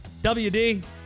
WD